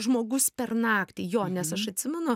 žmogus per naktį jo nes aš atsimenu